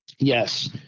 Yes